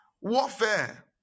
Warfare